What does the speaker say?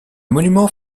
monument